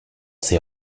ces